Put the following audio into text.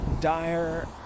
dire